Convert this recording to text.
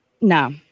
No